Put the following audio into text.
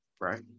right